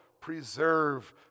preserve